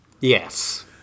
Yes